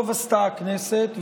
טוב עשתה הכנסת,